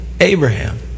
Abraham